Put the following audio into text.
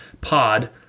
Pod